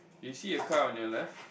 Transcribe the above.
do you see a car on your left